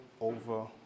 over